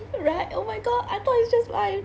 right oh my god I thought it's just mine